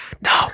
No